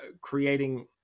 creating